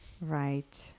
right